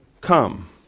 come